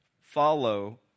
follow